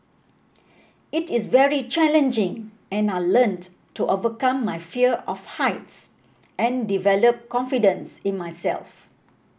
it is very challenging and I learnt to overcome my fear of heights and develop confidence in myself